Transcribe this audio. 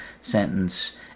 sentence